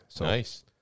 Nice